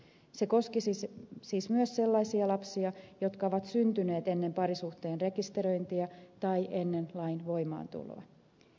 se koskisi siis myös sellaisia lapsia jotka ovat syntyneet ennen parisuhteen rekisteröintiä tai ennen lain voimaantuloa